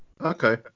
Okay